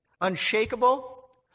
unshakable